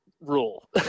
rule